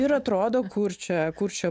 ir atrodo kur čia kur čia